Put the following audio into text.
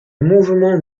mouvement